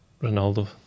Ronaldo